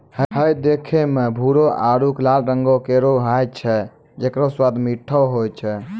हय देखै म भूरो आरु लाल रंगों केरो होय छै जेकरो स्वाद मीठो होय छै